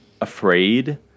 afraid